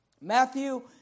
Matthew